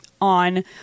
on